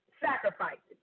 sacrifices